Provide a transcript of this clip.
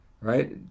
right